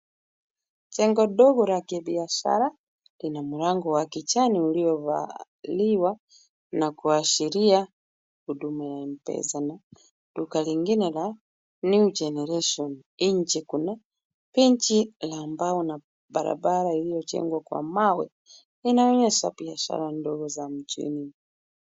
Jengo dogo la kibiashara, lina mlango wa kijani ulio valiwa na kuashiria huduma ya Mpesa na duka lingine la New Generation. Nje kuna benchi la mbao na barabara iliyojengwa kwa mawe. Inaonyesha biashara ndogo za mjini.